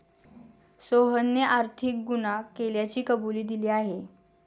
सोहनने आर्थिक गुन्हा केल्याची कबुली दिली आहे